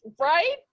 Right